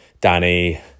Danny